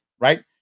right